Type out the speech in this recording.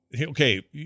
okay